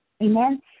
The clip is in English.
Amen